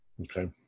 Okay